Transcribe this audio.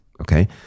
Okay